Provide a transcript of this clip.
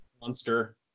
monster